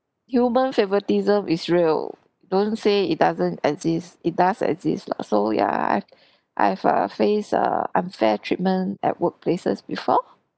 human favouritism is real don't say it doesn't exist it does exist lah so yeah I've I've err face err unfair treatment at workplaces before